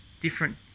different